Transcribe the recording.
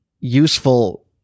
useful